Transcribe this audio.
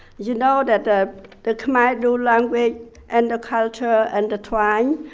you know that ah the khmer dual language and the culture intertwine,